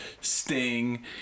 Sting